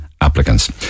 applicants